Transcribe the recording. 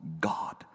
God